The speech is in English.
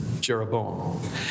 Jeroboam